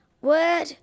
word